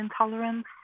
intolerance